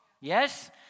yes